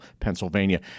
Pennsylvania